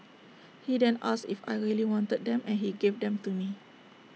he didn't asked if I really wanted them and he gave them to me